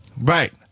Right